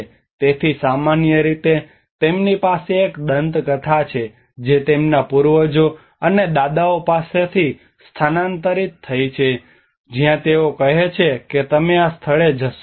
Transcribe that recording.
તેથી સામાન્ય રીતે તેમની પાસે એક દંતકથા છે જે તેમના પૂર્વજો અને દાદાઓ પાસેથી સ્થાનાંતરિત થઈ છે જ્યાં તેઓ કહે છે કે તમે આ સ્થળે જશો નહીં